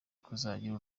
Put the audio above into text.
kuzagira